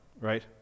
right